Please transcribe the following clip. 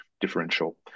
differential